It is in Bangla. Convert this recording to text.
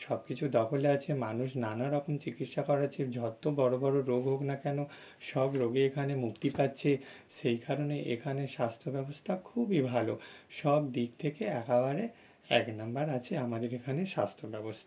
সব কিছু দখলে আছে মানুষ নানা রকম চিকিৎসা করাচ্ছে যতো বড়ো বড়ো রোগ হোক না কেন সব রোগে এখানে মুক্তি পাচ্ছে সেই কারণে এখানে স্বাস্থ্য ব্যবস্থা খুবই ভালো সব দিক থেকে একাবারে এক নম্বর আছে আমাদের এখানে স্বাস্থ্য ব্যবস্থা